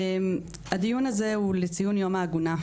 הדיון הזה הוא לציון יום העגונה,